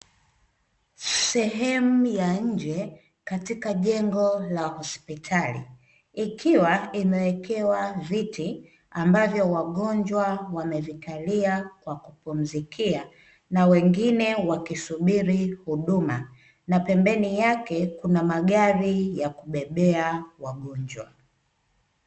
Sehemu ya nje katika jengo la hospitali, ikiwa imewekewa viti ambavyo wagonjwa wamevikalia kwa kupumzikia. Na wengine wakisubiri huduma, na pembeni yake kuna magari ya kubebea wagonjwa.